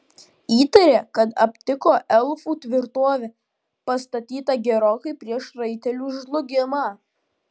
įtarė kad aptiko elfų tvirtovę pastatytą gerokai prieš raitelių žlugimą